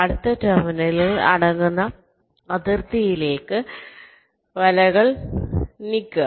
അടുത്ത ടെർമിനൽ അടങ്ങുന്ന അതിർത്തിയിലേക്ക് വലകൾ നീക്കുക